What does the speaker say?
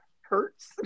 Hurts